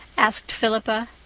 asked philippa.